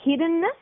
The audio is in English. hiddenness